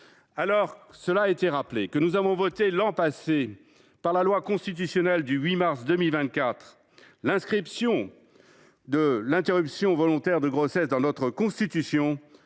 Alors que nous avons voté l’an passé, par la loi constitutionnelle du 8 mars 2024, l’inscription de l’interruption volontaire de grossesse dans notre Constitution,